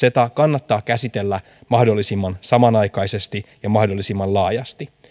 ceta kannattaa käsitellä mahdollisimman samanaikaisesti ja mahdollisimman laajasti